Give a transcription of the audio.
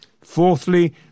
Fourthly